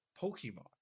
Pokemon